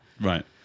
right